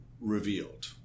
revealed